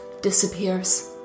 disappears